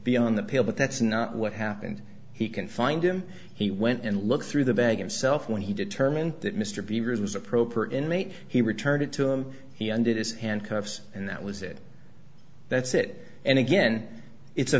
beyond the pale but that's not what happened he can find him he went and looked through the bag of self when he determined that mr bieber it was appropriate inmate he returned it to him he ended his handcuffs and that was it that's it and again it's a